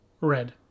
Red